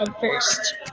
first